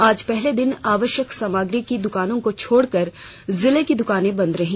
आज पहले दिन आवश्यक सामग्री की दुकानों को छोड़कर जिले की दुकानें बंद रहीं